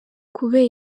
kubera